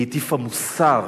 היא הטיפה מוסר.